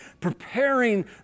preparing